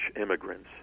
immigrants